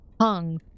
hung